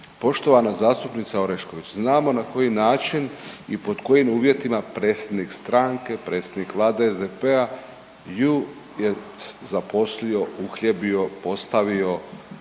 Poštovana zastupnica Orešković znamo na koji način i pod uvjetima predsjednik stranke, predsjednik vlade SDP-a ju je zaposlio, uhljebio, postavio